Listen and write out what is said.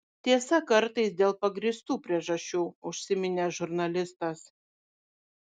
tiesa kartais dėl pagrįstų priežasčių užsiminė žurnalistas